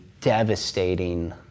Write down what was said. devastating